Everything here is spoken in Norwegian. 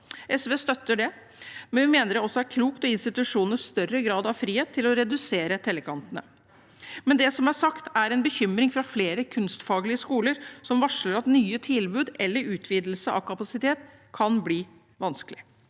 SV støtter det, men vi mener det også er klokt å gi institusjonene større grad av frihet til å redusere tellekantene. Det er som sagt en bekymring fra flere kunstfaglige skoler, som varsler at nye tilbud eller utvidelse av kapasitet kan bli vanskelig.